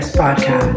podcast